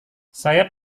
saya